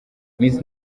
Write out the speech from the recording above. miss